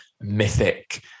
mythic